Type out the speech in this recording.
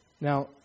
Now